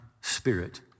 spirit